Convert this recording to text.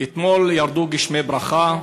אתמול ירדו גשמי ברכה,